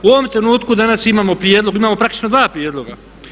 U ovom trenutku danas imamo prijedlog, imamo praktično dva prijedloga.